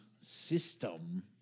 system